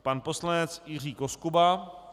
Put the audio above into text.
Pan poslanec Jiří Koskuba.